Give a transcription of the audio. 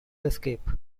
escape